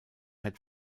had